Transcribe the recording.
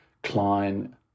Klein